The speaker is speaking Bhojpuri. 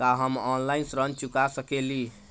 का हम ऑनलाइन ऋण चुका सके ली?